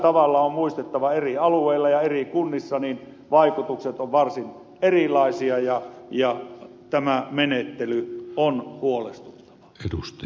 on muistettava että eri alueilla ja eri kunnissa vaikutukset ovat varsin erilaisia ja tämä menettely on huolestuttavaa